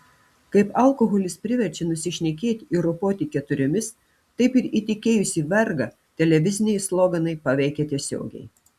kaip alkoholis priverčia nusišnekėti ir ropoti keturiomis taip ir įtikėjusį vergą televiziniai sloganai paveikia tiesiogiai